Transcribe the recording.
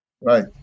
right